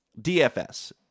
DFS